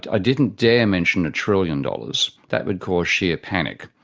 i didn't dare mention a trillion dollars, that would cause sheer panic,